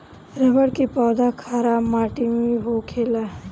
रबड़ के पौधा खराब माटी में भी होखेला